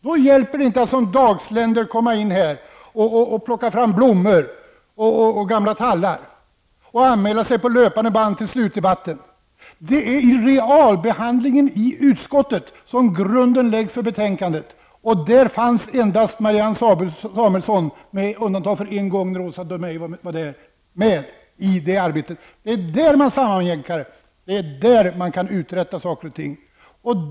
Det hjälper inte att som dagsländor komma in här och plocka fram blommor och gamla tallar och anmäla sig på löpande band till slutdebatten. Det är i realbehandlingen i utskottet som grunden läggs för betänkandet. Där fanns endast Marianne Samuelsson, med undantag för en gång, när Åsa Domeij var med. Det är i utskottet som sammanjämkningen sker, och det är där som det går att uträtta saker och ting.